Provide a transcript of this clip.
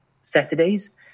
Saturdays